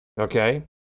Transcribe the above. Okay